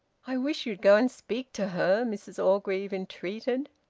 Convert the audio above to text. i wish you'd go and speak to her, mrs orgreave entreated.